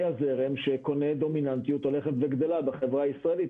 הזרם שקונה דומיננטיות הולכת וגדלה בחברה הישראלית,